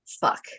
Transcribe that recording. Fuck